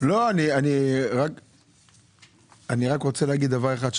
אני רק רוצה להגיד דבר אחד,